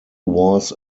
was